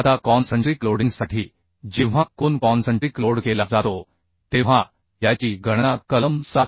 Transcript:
आता कॉन्सन्ट्रिक लोडिंगसाठी जेव्हा कोन कॉन्सन्ट्रिक लोड केला जातो तेव्हा याची गणना कलम 7